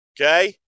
Okay